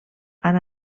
han